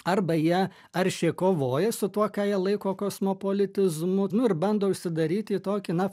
arba jie aršiai kovoja su tuo ką jie laiko kosmopolitizmu nu ir bando užsidaryti į tokį na